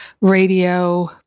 radio